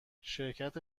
شرکت